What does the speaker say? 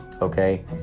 okay